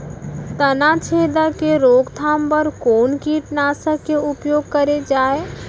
तनाछेदक के रोकथाम बर कोन कीटनाशक के उपयोग करे जाये?